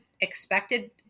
expected